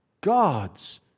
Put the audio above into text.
God's